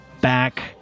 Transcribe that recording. back